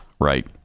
Right